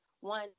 one